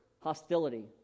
hostility